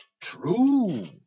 True